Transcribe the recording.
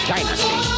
Dynasty